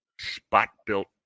spot-built